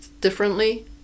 differently